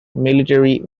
military